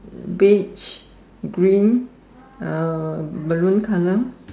beach green uh Maroon colour